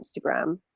Instagram